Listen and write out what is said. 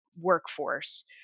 workforce